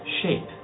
shape